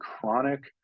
chronic